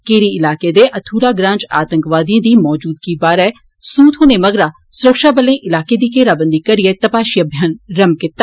केरी इलाके दे अथूरा ग्रां च आतंकवादिएं दी मौजूदगी बारै सूह थ्होने मगरा सुरक्षाबलें इलाके दी घेराबंदी करियै तपाशी अभियान रम्म कीता